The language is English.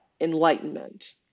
enlightenment